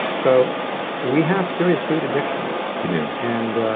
so we have serious food addictions we do and